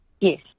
Yes